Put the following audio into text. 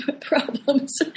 problems